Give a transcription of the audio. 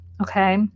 Okay